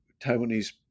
Taiwanese